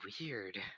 weird